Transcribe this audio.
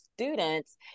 students